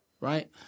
right